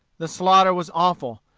the slaughter was awful.